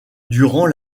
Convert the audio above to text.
durant